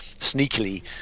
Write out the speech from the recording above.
sneakily